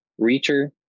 Reacher